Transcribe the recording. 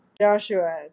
Joshua